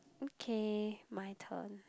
okay my turn